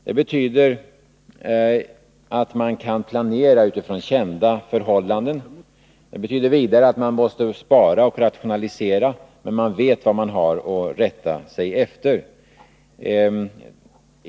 Det betyder att man kan planera utifrån kända förhållanden. Det betyder vidare att man måste spara och rationalisera, men man vet vad man har att rätta sig efter.